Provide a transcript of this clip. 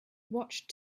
watched